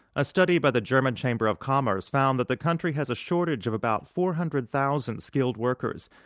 a study by the german chamber of commerce found that the country has a shortage of about four hundred thousand skilled workers.